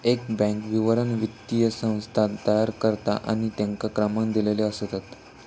एक बॅन्क विवरण वित्तीय संस्थान तयार करता आणि तेंका क्रमांक दिलेले असतत